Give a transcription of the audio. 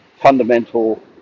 fundamental